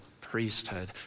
priesthood